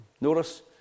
Notice